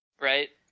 right